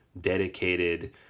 dedicated